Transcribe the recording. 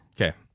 Okay